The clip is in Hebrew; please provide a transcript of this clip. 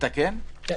אם זה עורך דין,